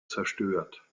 zerstört